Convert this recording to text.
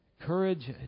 courage